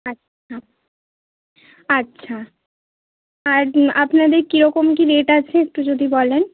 আচ্ছা আচ্ছা আর আপনাদের কীরকম কী রেট আছে একটু যদি বলেন